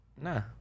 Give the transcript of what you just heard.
nah